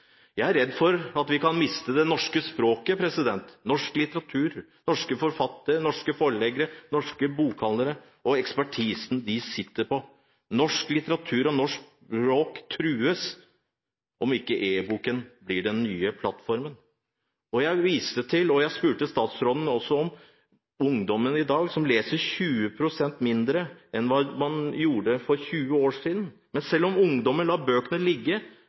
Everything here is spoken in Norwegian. Jeg er redd for at vi kan miste det norske språket, norsk litteratur, norske forfattere, norske forleggere, norske bokhandlere og den ekspertisen de sitter på. Norsk litteratur og norsk språk trues om ikke e-boken blir den nye plattformen. Jeg viste til – også overfor statsråden – at ungdommen i dag leser 20 pst. mindre enn de gjorde for 20 år siden. Men selv om ungdommen lar bøkene ligge,